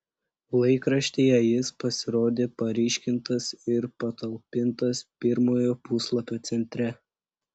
laikraštyje jis pasirodė paryškintas ir patalpintas pirmojo puslapio centre